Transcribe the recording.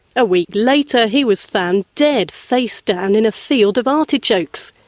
a week later he was found dead face down in a field of artichokes.